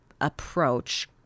approach